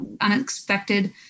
unexpected